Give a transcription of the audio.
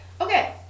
Okay